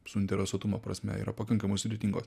suinteresuotumo prasme yra pakankamai sudėtingos